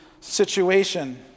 situation